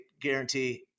guarantee